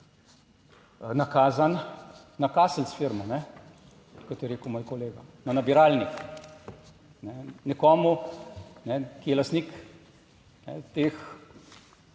nakazan na kaselc firmo, kot je rekel moj kolega, na nabiralnik nekomu, ki je lastnik teh